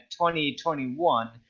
2021